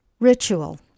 Ritual